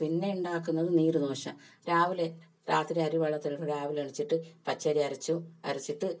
പിന്നെ ഉണ്ടാക്കുന്നത് നീർ ദോശ രാവിലെ രാത്രി അരി വെള്ളത്തിലിട്ടിട്ട് രാവിലെ എണിച്ചിട്ട് പച്ചരി അരച്ചു അരച്ചിട്ട്